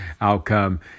outcome